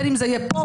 בין אם זה יהיה פה,